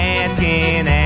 asking